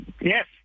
yes